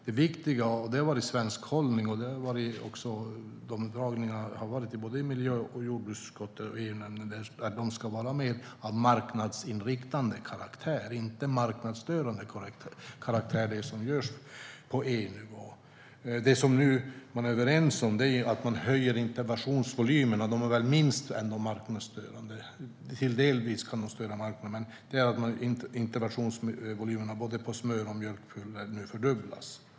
Det har varit föredragningar i både miljö och jordbruksutskottet och EU-nämnden om att det viktiga är att de insatserna ska ha mer marknadsinriktad karaktär och att det som görs på EU-nivå inte ha en marknadsstörande karaktär. Det har också varit den svenska hållningen. Det man nu är överens om är att man höjer interventionsvolymerna. Det är ändå minst marknadsstörande, men de kan delvis störa marknaderna. Interventionsvolymerna för både smör och mjölkpulver fördubblas nu.